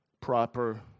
proper